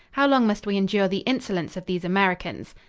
how long must we endure the insolence of these americans?